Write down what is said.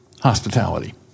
hospitality